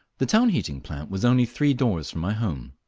the town heating plant was only three doors from my home.